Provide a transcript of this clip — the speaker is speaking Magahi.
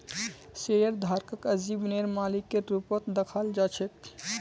शेयरधारकक आजीवनेर मालिकेर रूपत दखाल जा छेक